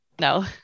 No